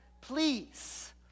please